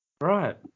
Right